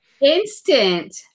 instant